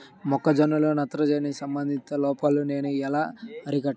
మొక్క జొన్నలో నత్రజని సంబంధిత లోపాన్ని నేను ఎలా అరికట్టాలి?